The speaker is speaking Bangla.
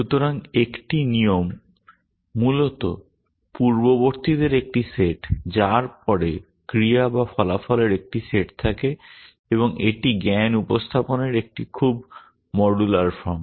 সুতরাং একটি নিয়ম মূলত পূর্ববর্তীদের একটি সেট যার পরে ক্রিয়া বা ফলাফলের একটি সেট থাকে এবং এটি জ্ঞান উপস্থাপনের একটি খুব মডুলার ফর্ম